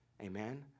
Amen